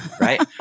right